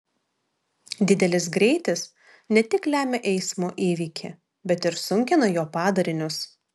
didelis greitis ne tik lemia eismo įvykį bet ir sunkina jo padarinius